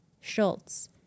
Schultz